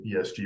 ESG